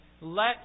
let